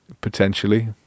potentially